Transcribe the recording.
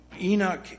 Enoch